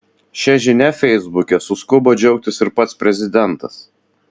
šia žinia feisbuke suskubo džiaugtis ir pats prezidentas